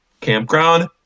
campground